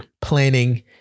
planning